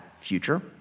future